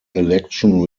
election